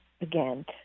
again